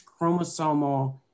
chromosomal